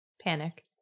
Panic